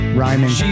rhyming